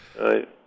right